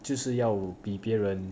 就是要比别人